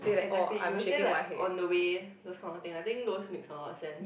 exactly you will say like on the way those kind of thing I think those makes a lot sense